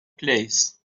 place